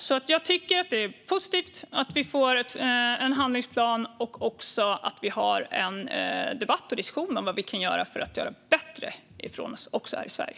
Jag tycker därför att det är positivt att vi får en handlingsplan och att det förs en debatt om vad vi kan göra för att göra bättre ifrån oss också här i Sverige.